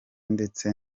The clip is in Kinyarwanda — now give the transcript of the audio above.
ndetse